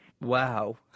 Wow